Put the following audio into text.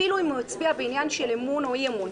אפילו אם הוא הצביע בעניין של אמון או אי-אמון,